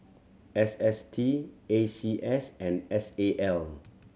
S S T A C S and S A L